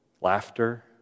laughter